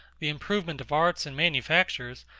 the improvement of arts and manufactures,